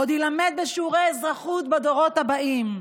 עוד יילמד בשיעורי אזרחות בדורות הבאים.